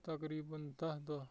تقریٖبن دَہ دۄہ